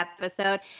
episode